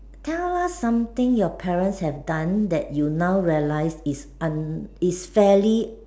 tell us something your parents have done that you now realise is un~ is fairly